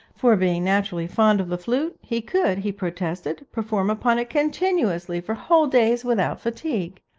for, being naturally fond of the flute, he could, he protested, perform upon it continuously for whole days without fatigue.